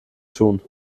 tun